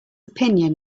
opinion